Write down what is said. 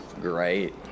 great